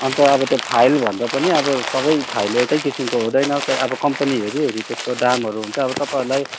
अन्त अब त्यो फाइल भन्दा पनि अब सबै फाइल एउटै किसिमको हुँदैन क्या अब कम्पनी हेरी हेरी त्यसको दामहरू हुन्छ अब तपाईँहरूलाई